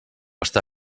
està